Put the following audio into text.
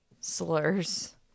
slurs